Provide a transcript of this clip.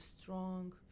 strong